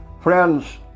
Friends